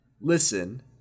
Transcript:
listen